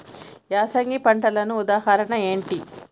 యాసంగి పంటలకు ఉదాహరణ ఏంటి?